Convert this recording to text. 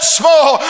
small